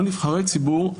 הם לא נבחרי ציבור,